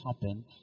happen